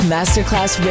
Masterclass